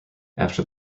after